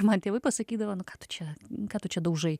man tėvai pasakydavo nu ką tu čia ką tu čia daužai